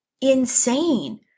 insane